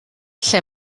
lle